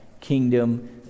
kingdom